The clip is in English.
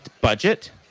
budget